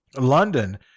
London